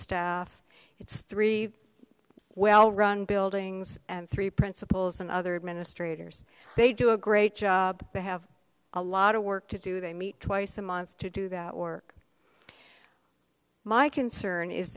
staff it's three well run buildings and three principals and other administrators they do a great job they have a lot of work to do they meet twice a month to do that work my concern is